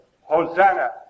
Hosanna